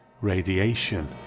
Radiation